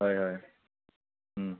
হয় হয়